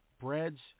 breads